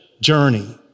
journey